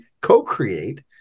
co-create